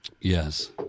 Yes